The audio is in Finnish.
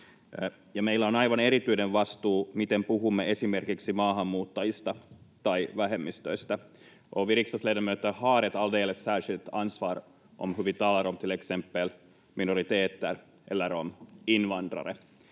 meillä on aivan erityinen vastuu, miten puhumme esimerkiksi maahanmuuttajista tai vähemmistöistä. Vi riksdagsledamöter har ett alldeles särskilt ansvar för hur vi talar om till exempel minoriteter eller om invandrare.